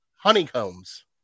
honeycombs